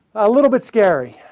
a little bit scary